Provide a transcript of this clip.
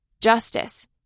justice